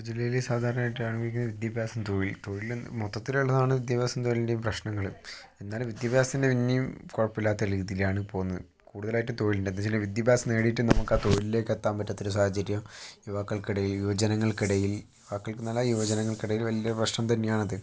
ജില്ലയിൽ സാധാരണയായിട്ടുള്ള ആളുകൾക്ക് വിദ്യഭ്യാസം തൊഴിൽ തൊഴിൽ മൊത്തത്തിലുള്ളതാണ് വിദ്യാഭ്യാസം തൊഴിലിൻ്റെയും പ്രശ്നങ്ങൾ എന്നാലും വിദ്യാഭ്യാസത്തിൻ്റെ ഇനിയും കുഴപ്പമില്ലാത്ത രീതിയിലാണ് പോകുന്നത് കൂടുതലായിട്ടും തൊഴിലിൻ്റത് ചില വിദ്യാഭ്യാസം നേടിയിട്ടും നമുക്ക് ആ തൊഴിലിലേക്ക് എത്താൻ പറ്റാത്ത ഒരു സാഹചര്യം യുവാക്കൾക്ക് ഇടയിൽ യൂവജനങ്ങൾക്ക് ഇടയിൽ യുവാക്കൾക്ക് എന്ന് അല്ല യുവജനങ്ങൾക്ക് ഇടയിൽ വലിയ പ്രശ്നം തന്നെയാണ് അത്